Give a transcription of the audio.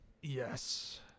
yes